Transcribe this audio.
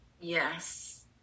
Yes